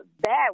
bad